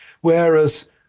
whereas